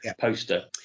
poster